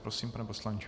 Prosím, pane poslanče.